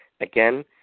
Again